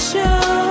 Show